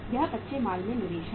यह कच्चे माल में निवेश है